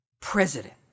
president